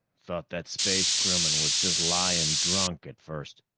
thought that space crewman was just lying drunk at first.